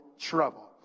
trouble